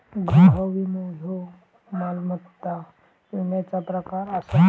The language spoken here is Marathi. गृह विमो ह्यो मालमत्ता विम्याचा प्रकार आसा